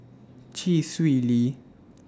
Chee Swee Lee